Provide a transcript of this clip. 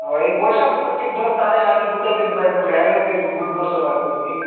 ହଏ ପଇସା ପତର ଟିକେ ଧରି ଥାଆରେ ଆଜି ଗୋଟେ ଦିନ ପାଇଁ ପରି ଆରି ଗୋଟେ ଦିନ ମୁଇଁ ଖର୍ଚ୍ଚବାଚ କରିବି